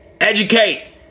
Educate